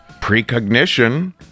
precognition